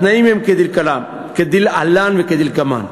התנאים הם כדלהלן וכדלקמן: